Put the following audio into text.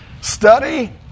Study